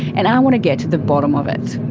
and i want to get to the bottom of it.